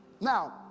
now